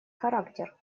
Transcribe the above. характер